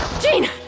Gene